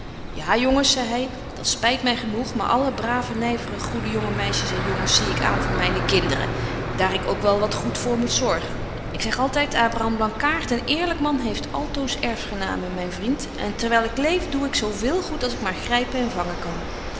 ja jongens zei hy dat spyt my genoeg maar alle brave nyvere goede jonge meisjes en jongens zie ik aan voor myne kinderen daar ik ook wel wat goed voor moet zorgen ik zeg altyd abraham blankaart een eerlyk man heeft altoos erfgenamen myn vriend en terwyl ik leef doe ik zo veel goed als ik maar grypen en vangen kan